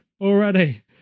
already